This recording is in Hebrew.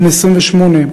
בן 28,